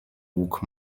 łuk